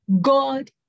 God